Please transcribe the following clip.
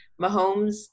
Mahomes